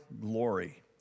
glory